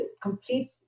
complete